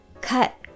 Cut